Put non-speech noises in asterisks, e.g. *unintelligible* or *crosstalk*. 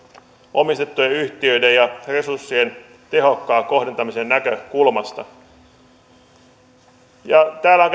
omistettujen yhtiöiden ja resurssien tehokkaan kohdentamisen näkökulmasta täällä on *unintelligible*